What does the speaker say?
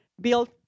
built